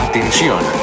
Atención